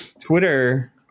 Twitter